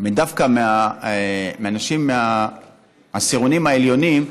תלונות דווקא מאנשים מהעשירונים העליונים,